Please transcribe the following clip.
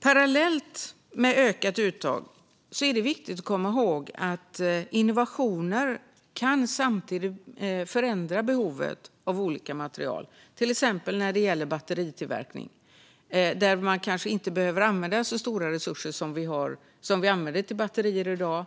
Parallellt med ökat uttag är det viktigt att komma ihåg att innovationer samtidigt kan förändra behovet av olika material, till exempel när det gäller batteritillverkning. Där kanske man inte behöver använda så stora resurser som vi använder till batterier i dag